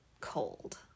cold